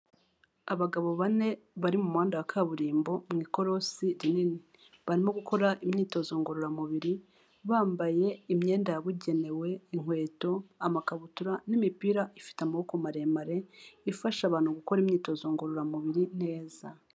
Abagabo bane bari mu muhanda wa kaburimbo mu ikorosi rinini, barimo gukora imyitozo ngororamubiri, bambaye imyenda yabugenewe, inkweto, amakabutura n'imipira ifite amaboko maremare, ifasha abantu gukora imyitozo ngororamubiri neza.